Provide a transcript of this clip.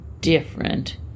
different